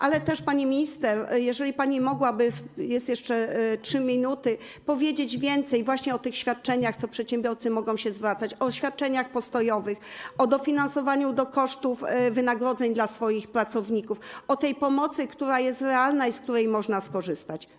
Ale też, pani minister, byłabym wdzięczna, gdyby pani mogła - są jeszcze 3 minuty - powiedzieć więcej właśnie o tych świadczeniach, w sprawie których przedsiębiorcy mogą się zwracać, o świadczeniach postojowych, o dofinansowaniu do kosztów wynagrodzeń dla swoich pracowników, o tej pomocy, która jest realna i z której można skorzystać.